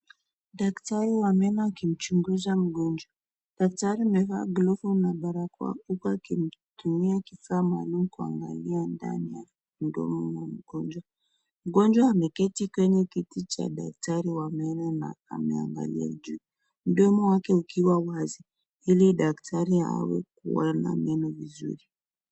Daktari wa meno akimchunguza mgonjwa. Daktari amevaa glovu na barakoa, huku akitumia kifaa maalum, kuangalia ndani ya mdomo wa mgonjwa. Mgonjwa ameketi kwenye kiti cha daktari wa meno na ameangalia juu, mdomo wake ukiwa wazi ili daktari aweze kuona meno vizuri.